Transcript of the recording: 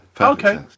Okay